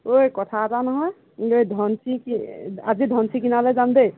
ঐ কথা এটা নহয় এই ধনশিৰি কি আজি ধনশিৰি কিনাৰলৈ যাম দেই